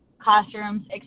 classrooms